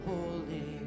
Holy